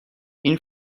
این